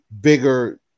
Bigger